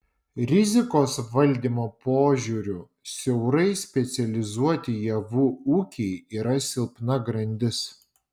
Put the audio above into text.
rizikos valdymo požiūriu siaurai specializuoti javų ūkiai yra silpna grandis